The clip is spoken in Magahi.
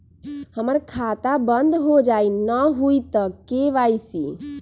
हमर खाता बंद होजाई न हुई त के.वाई.सी?